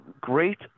great